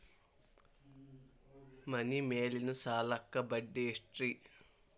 ಮನಿ ಮೇಲಿನ ಸಾಲಕ್ಕ ಬಡ್ಡಿ ಎಷ್ಟ್ರಿ?